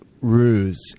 ruse